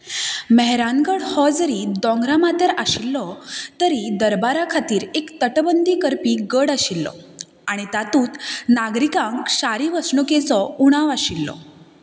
मेहरानगढ हो जरी दोंगरा माथ्यार आशिल्लो तरी दरबाराखातीर एक तटबंदी करपी गड आशिल्लो आनी तातूंत नागरीकांक शारी वसणुकेचो उणाव आशिल्लो